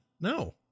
No